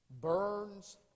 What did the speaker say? burns